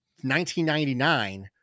1999